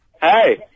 Hey